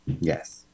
Yes